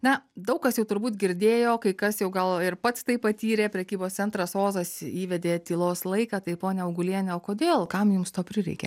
na daug kas jau turbūt girdėjo kai kas jau gal ir pats tai patyrė prekybos centras ozas įvedė tylos laiką tai ponia auguliene o kodėl kam jums to prireikė